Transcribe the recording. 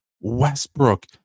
Westbrook